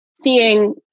seeing